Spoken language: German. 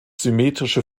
symmetrische